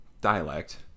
dialect